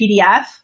PDF